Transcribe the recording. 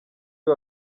uyu